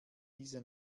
diese